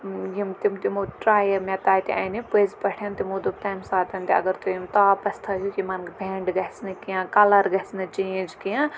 یِم تِم تِمو ٹرٛایہِ مےٚ تَتہِ اَنہِ پٔزۍ پٲٹھۍ تِمو دوٚپ تَمہِ ساتَن تہِ اگر تُہۍ یِم تاپس تھٲۍہوٗکھ یِمَن بٮ۪نٛڈ گژھِ نہٕ کینٛہہ کَلَر گژھِ نہٕ چینٛج کینٛہہ